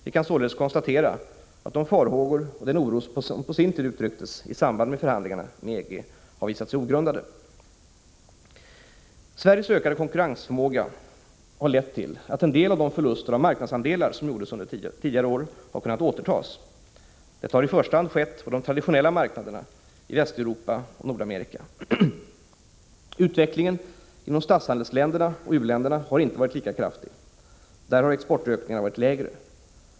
Vi kan således konstatera att de farhågor och den oro som på sin tid uttrycktes i samband med förhandlingarna med EG har visat sig ogrundade. Sveriges ökade konkurrensförmåga har lett till att en del av de förluster av marknadsandelar som gjordes under tidigare år har kunnat återtas. Detta har i första hand skett på de traditionella marknaderna i Västeuropa och Nordamerika. Utvecklingen inom statshandelsländerna och u-länderna har inte varit lika kraftig. Där har exportökningarna varit mindre.